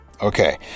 Okay